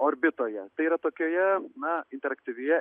orbitoje tai yra tokioje na interaktyvioje